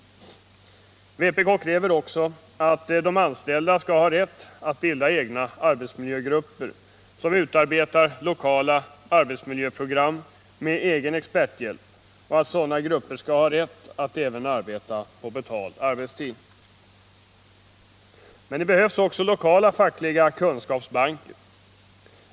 Vpk kräver också att de anställda skall ha rätt att bilda egna arbetsmiljögrupper som utarbetar lokala arbetsmiljöprogram med egen experthjälp och att sådana grupper skall ha rätt att även arbeta med sina frågor på betald arbetstid. Men det behövs också lokala fackliga kunskapsbanker.